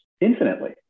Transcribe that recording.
infinitely